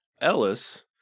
Ellis